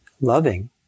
loving